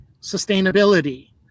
sustainability